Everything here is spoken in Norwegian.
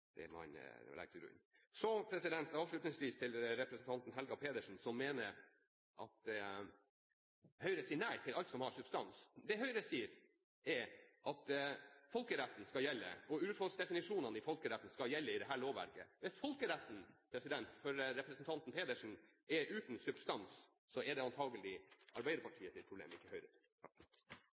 det man legger til grunn. Avslutningsvis til representanten Helga Pedersen, som mener at Høyre sier nei til alt som har substans. Det Høyre sier, er at urfolksdefinisjonen i folkeretten skal gjelde i dette lovverket. Hvis folkeretten for representanten Pedersen er uten substans, er det antakelig Arbeiderpartiets problem, ikke